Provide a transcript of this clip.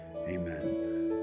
Amen